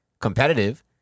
competitive